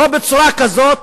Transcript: לא בצורה כזאת,